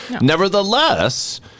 Nevertheless